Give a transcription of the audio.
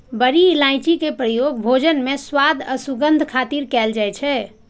बड़ी इलायची के प्रयोग भोजन मे स्वाद आ सुगंध खातिर कैल जाइ छै